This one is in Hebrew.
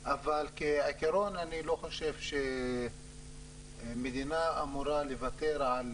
אבל כעקרון אני לא חושב שמדינה אמורה לוותר על